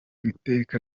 iteka